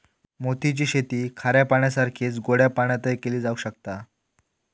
मोती ची शेती खाऱ्या पाण्यासारखीच गोड्या पाण्यातय केली जावक शकता